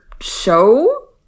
show